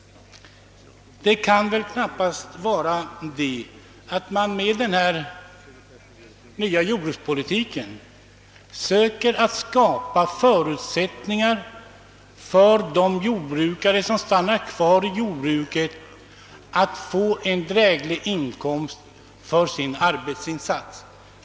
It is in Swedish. Med denna nya jordbrukspolitik söker man skapa förutsättningar för de jordbrukare som stannar kvar i jordbruket att få en dräglig inkomst för sin arbetsinsats.